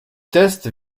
test